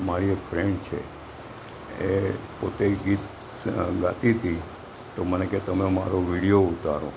મારી એક ફ્રેન્ડ છે એ પોતે ગીત ગાતી હતી તો મને કે તમે મારો વિડીયો ઉતારો